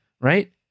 right